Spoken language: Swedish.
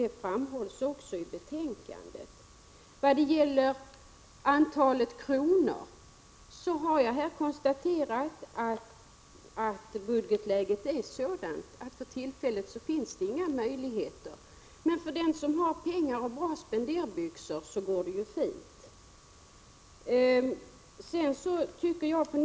Det framhålls också i betänkandet. Beträffande antalet kronor har jag konstaterat att budgetläget är sådant att det för tillfället inte finns några möjligheter. Men för den som har pengar och spenderbyxorna på går det fint.